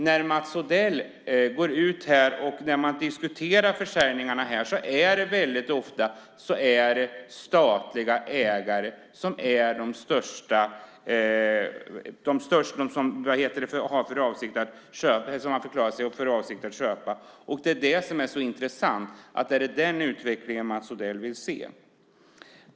När Mats Odell går ut här och när man diskuterar försäljningarna handlar det väldigt ofta om statliga ägare som har förklarat sig ha för avsikt att köpa. Det vore intressant att höra om det är den utvecklingen som Mats Odell vill se.